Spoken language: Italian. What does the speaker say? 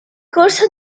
corso